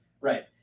Right